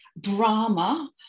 drama